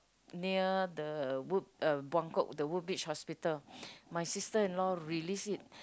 near the wood Bangkok the woodbridge hospital my sister-in-law released it